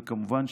וכמובן,